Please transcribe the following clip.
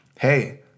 hey